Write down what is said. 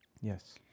Yes